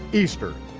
easter.